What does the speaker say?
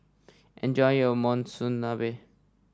enjoy your Monsunabe